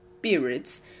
spirits